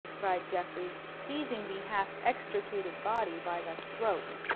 cried geoffrey, seizing the half-extricated body by the throat.